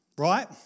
Right